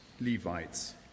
Levites